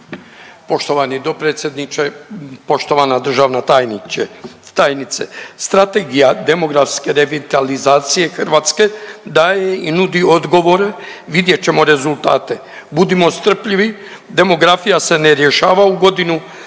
Poštovani dopredsjedniče, poštovana državna tajnice. Strategija demografske revitalizacije Hrvatske daje i nudi odgovore, vidjet ćemo rezultate. Budimo strpljivi. Demografija se ne rješava u godinu